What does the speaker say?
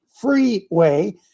freeway